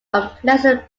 unpleasant